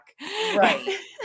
Right